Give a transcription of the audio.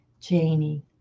Janie